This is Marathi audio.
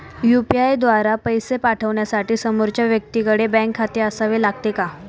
यु.पी.आय द्वारा पैसे पाठवण्यासाठी समोरच्या व्यक्तीकडे बँक खाते असावे लागते का?